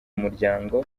umuryango